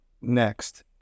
next